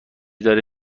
داره